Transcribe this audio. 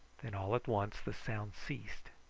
then all at once the sound ceased,